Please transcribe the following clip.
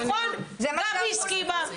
גבי הסכימה.